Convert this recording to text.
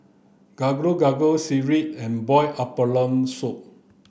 gado gado sireh and boiled abalone soup